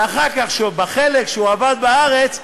ואחר כך, בחלק שהוא עבד בארץ,